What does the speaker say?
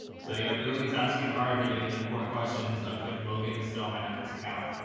so, you know, girly is asking the hard hitting and important questions of if logan is still on my netflix account.